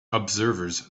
observers